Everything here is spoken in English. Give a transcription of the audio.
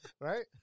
Right